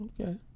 Okay